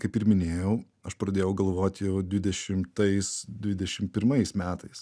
kaip ir minėjau aš pradėjau galvoti jau dvidešimtais dvidešim pirmais metais